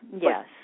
Yes